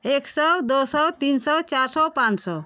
एक सौ दो सौ तीन सौ चार सौ पाँच सौ